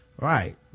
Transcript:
right